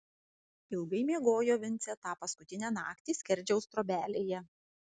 ilgai miegojo vincė tą paskutinę naktį skerdžiaus trobelėje